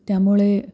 त्यामुळे